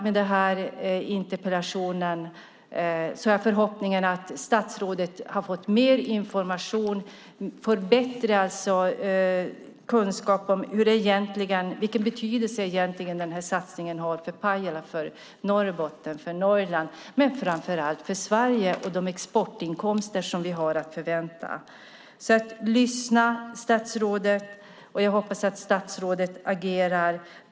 Med denna interpellation har jag förhoppningen att statsrådet har fått mer information och bättre kunskap om vilken betydelse denna satsning egentligen har för Pajala, Norrbotten och Norrland och framför allt för Sverige och de exportinkomster vi har att vänta. Så lyssna, statsrådet! Jag hoppas att statsrådet agerar.